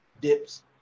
dips